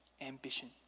ambition